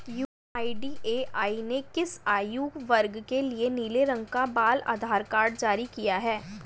UIDAI ने किस आयु वर्ग के लिए नीले रंग का बाल आधार कार्ड जारी किया है?